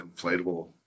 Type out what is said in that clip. inflatable